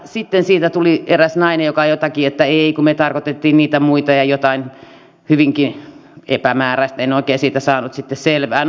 sitten tuli eräs nainen joka sanoi jotakin että ei kun me tarkoitettiin niitä muita ja jotain hyvinkin epämääräistä en oikein siitä saanut sitten selvää